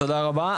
תודה רבה,